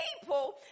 people